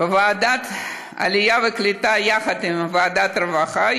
בוועדת העלייה והקליטה יחד עם ועדת הרווחה.